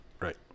Right